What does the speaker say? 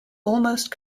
almost